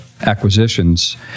acquisitions